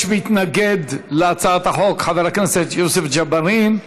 יש מתנגד להצעת החוק, חבר הכנסת יוסף ג'בארין.